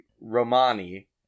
Romani